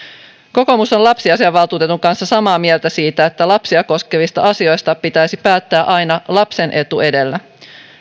kokoomus on lapsiasiainvaltuutetun kanssa samaa mieltä siitä että lapsia koskevista asioista pitäisi päättää aina lapsen etu edellä